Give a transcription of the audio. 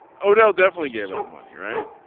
odell definitely gave out money right.